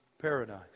paradise